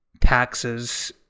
taxes